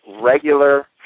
regular